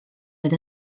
oedd